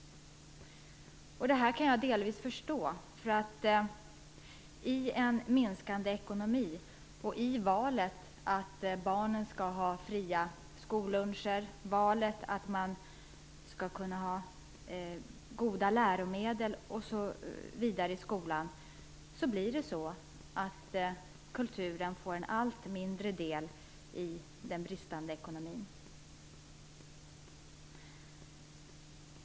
Jag kan delvis förstå det. I en minskande ekonomi och inför valet mellan fria skolluncher, goda läromedel osv. och kulturen får den en allt mindre del i den allt svagare ekonomin.